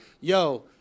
yo